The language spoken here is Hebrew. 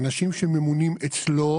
את האנשים שממונים אצלו